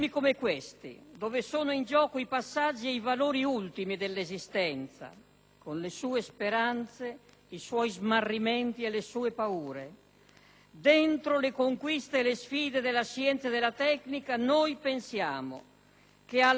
con le sue speranze, i suoi smarrimenti e le sue paure, dentro le conquiste e le sfide della scienza e della tecnica, noi pensiamo che alla politica debba essere necessaria la virtù della misura,